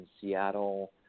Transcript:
Seattle